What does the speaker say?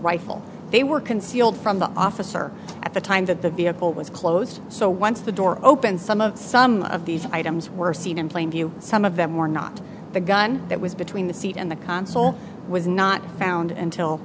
rifle they were concealed from the officer at the time that the vehicle was closed so once the door opened some of some of these items were seen in plain view some of them were not the gun that was between the seat and the console was not found and til